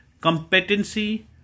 Competency